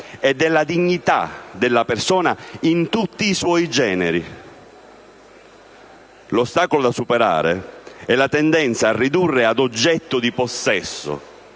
e della dignità della persona in tutti i suoi generi. L'ostacolo da superare è la tendenza a ridurre ad oggetto di possesso,